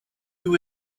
who